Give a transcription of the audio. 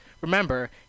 Remember